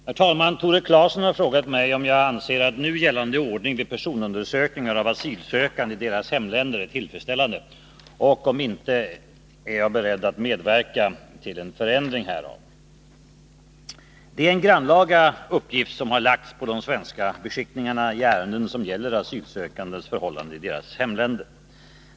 Herr talman! Tore Claeson har frågat mig om jag anser att nu gällande ordning vid personundersökningar av asylsökande i deras hemländer är tillfredsställande och, om inte, jag är beredd att medverka till en förändring härav. Det är en grannlaga uppgift som har lagts på de svenska beskickningarna i ärenden som gäller asylsökandes förhållanden i deras hemländer.